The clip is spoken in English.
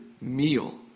meal